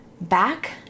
back